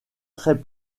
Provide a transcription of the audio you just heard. très